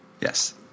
Yes